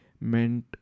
meant